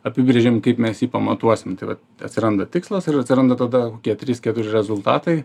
apibrėžiam kaip mes jį pamatuosim tai va atsiranda tikslas ir atsiranda tada kokie trys keturi rezultatai